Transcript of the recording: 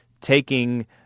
taking